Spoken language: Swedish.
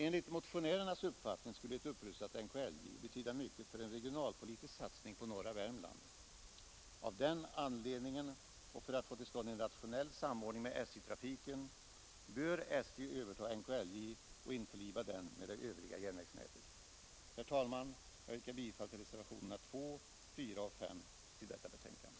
Enligt motionärernas uppfattning skulle ett upprustat NKLJ betyda mycket för en regionalpolitisk satsning på norra Värmland. Av den anledningen, och för att få till stånd en rationell samordning med SJ-trafiken, bör SJ överta NKLJ och införliva järnvägen med det övriga järnvägsnätet. Herr talman! Jag yrkar bifall till reservationerna 2, 4 och S till utskottets betänkande.